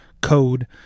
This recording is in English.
code